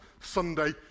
Sunday